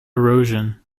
erosion